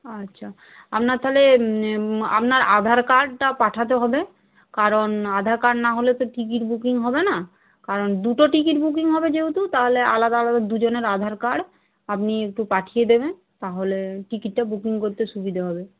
আচ্ছা আপনার তাহলে আপনার আধার কার্ডটা পাঠাতে হবে কারণ আধার কার্ড না হলে তো টিকিট বুকিং হবে না কারণ দুটো টিকিট বুকিং হবে যেহেতু তাহলে আলাদা আলাদা দুজনের আধার কার্ড আপনি একটু পাঠিয়ে দেবেন তাহলে টিকিটটা বুকিং করতে সুবিধে হবে